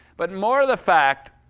but more the fact,